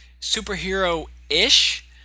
superhero-ish